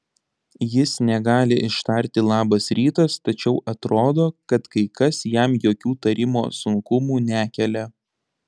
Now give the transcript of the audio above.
jis negali ištarti labas rytas tačiau atrodo kad kai kas jam jokių tarimo sunkumų nekelia